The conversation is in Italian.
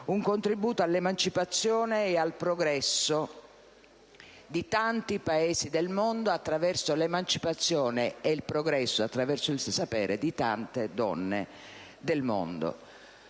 un contributo all'emancipazione e al progresso di tanti Paesi del mondo attraverso l'emancipazione e il progresso, tramite il suo sapere, di tante donne del mondo.